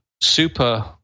super